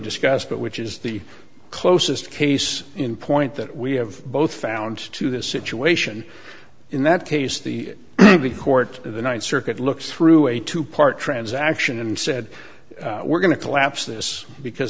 discuss but which is the closest case in point that we have both found to the situation in that case the the court the ninth circuit looks through a two part transaction and said we're going to collapse this because